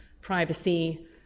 privacy